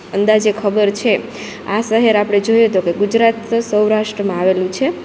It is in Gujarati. અંદાજે ખબર છે આ સહેર આપડે જોઈએ તો કે ગુજરાત સૌરાસ્ટ્રમાં આવેલું છે